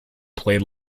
played